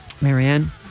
marianne